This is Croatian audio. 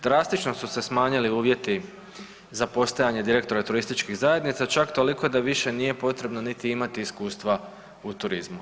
Drastično su se smanjili uvjeti za postajanje direktora turističkih zajednica čak toliko da više nije potrebno niti imati iskustva u turizmu.